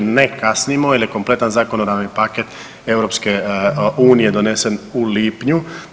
Ne kasnimo jer je kompletan zakonodavni paket EU donesen u lipnju.